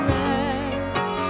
rest